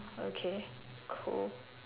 okay cool